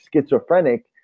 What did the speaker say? schizophrenic